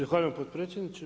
Zahvaljujem potpredsjedniče.